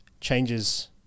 changes